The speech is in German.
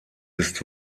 ist